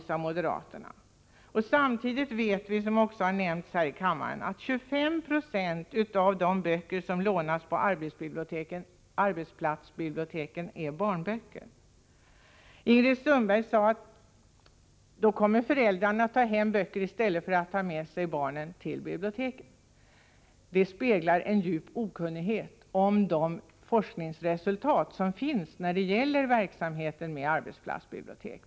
Samtidigt vet vi, som också har nämnts här i kammaren, att 25 Jo av de böcker som lånas på arbetsplatsbiblioteken är barnböcker. Ingrid Sundberg sade: Då kommer föräldrarna att ta hem böcker i stället för att ta med sig barnen till biblioteken. Det speglar en djup okunnighet om forskningsresultat som finns när det gäller verksamheten med arbetsplatsbibliotek.